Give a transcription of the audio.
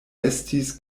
estis